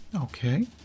Okay